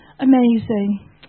Amazing